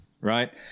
right